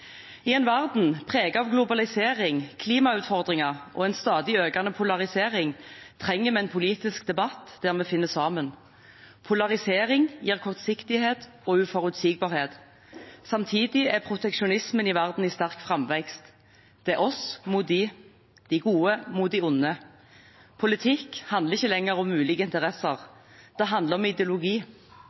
I en verden preget av globalisering, klimautfordringer og en stadig økende polarisering trenger vi en politisk debatt der vi finner sammen. Polarisering gir kortsiktighet og uforutsigbarhet. Samtidig er proteksjonismen i verden i sterk framvekst. Det er oss mot dem, de gode mot de onde. Politikk handler ikke lenger om ulike interesser; det handler om ideologi.